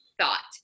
thought